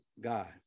God